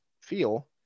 feel